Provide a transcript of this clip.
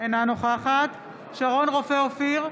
אינה נוכחת שרון רופא אופיר,